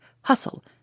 Hustle